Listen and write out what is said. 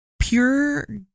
pure